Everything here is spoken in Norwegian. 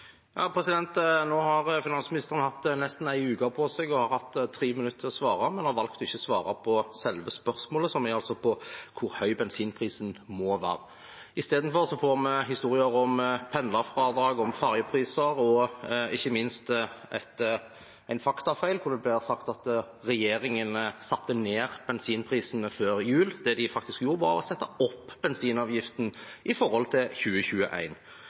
Nå har finansministeren hatt nesten en uke på seg, og han har hatt tre minutter til å svare, men har valgt å ikke svare på selve spørsmålet, som er hvor høy bensinprisen må være. I stedet får vi historier om pendlerfradrag, om ferjepriser – og ikke minst om en faktafeil, for det ble sagt at regjeringen satte ned bensinprisene før jul. Det de faktisk gjorde, var å sette opp bensinavgiften i forhold til